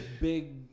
big